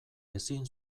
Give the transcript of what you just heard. ezin